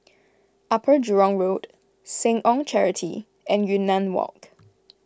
Upper Jurong Road Seh Ong Charity and Yunnan Walk